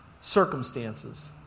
circumstances